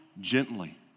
gently